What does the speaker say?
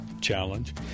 challenge